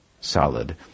solid